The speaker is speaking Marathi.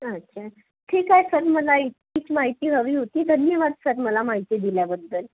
अच्छा ठीक आहे सर मला इतकीच माहिती हवी होती धन्यवाद सर मला माहिती दिल्याबद्दल